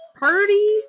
party